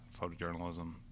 photojournalism